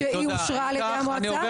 שאושרה על ידי המועצה?